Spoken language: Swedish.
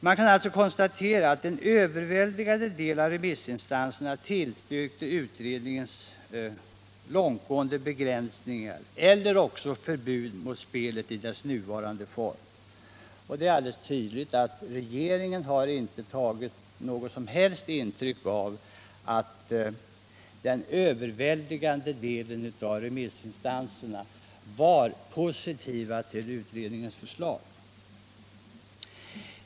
Man kan alltså konstatera att en överväldigande del av remissinstan serna tillstyrkt utredningens förslag om långtgående begränsningar eller yrkat på förbud mot spelet i dess nuvarande form. Det är alldeles tydligt att regeringen inte tagit något som helst intryck av att den överväldigande delen av remissinstanserna är positiv till utredningens förslag.